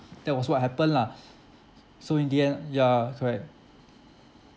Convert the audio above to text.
that was what happened lah so in the end ya correct